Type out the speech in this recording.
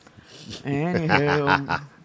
Anywho